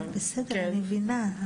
אני מבינה,